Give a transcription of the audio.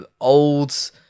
old